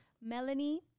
Melanie